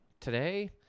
Today